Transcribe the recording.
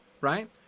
right